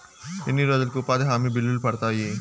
ఎన్ని రోజులకు ఉపాధి హామీ బిల్లులు పడతాయి?